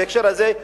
בהקשר הזה,